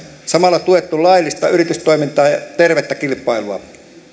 samalla tuettu laillista yritystoimintaa ja tervettä kilpailua